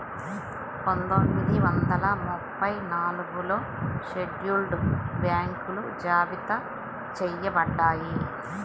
పందొమ్మిది వందల ముప్పై నాలుగులో షెడ్యూల్డ్ బ్యాంకులు జాబితా చెయ్యబడ్డాయి